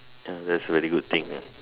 that's very good thing ah